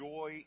Joy